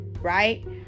right